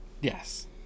Yes